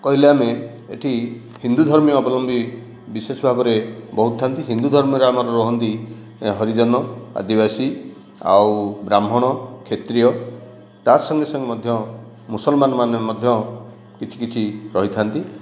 କହିଲେ ଆମେ ଏଠି ହିନ୍ଦୁ ଧର୍ମ ଅବଲମ୍ବି ବିଶେଷ ଭାବରେ ବହୁତଥାନ୍ତି ହିନ୍ଦୁ ଧର୍ମରେ ଆମର ରହନ୍ତି ହରିଜନ ଆଦିବାସୀ ଆଉ ବ୍ରାହ୍ମଣ କ୍ଷତ୍ରିୟ ତା ସଙ୍ଗେ ସଙ୍ଗେ ମଧ୍ୟ ମୁସଲମାନ ମାନେ ମଧ୍ୟ କିଛି କିଛି ରହିଥାନ୍ତି